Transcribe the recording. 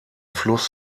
fluss